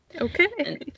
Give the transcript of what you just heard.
Okay